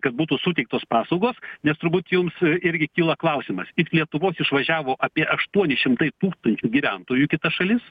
kad būtų suteiktos paslaugos nes turbūt jums irgi kyla klausimas iš lietuvos išvažiavo apie aštuoni šimtai tūkstančių gyventojų į kitas šalis